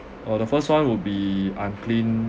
uh the first one would be unclean